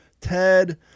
Ted